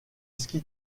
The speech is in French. ski